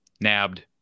nabbed